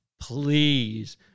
Please